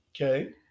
Okay